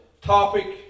topic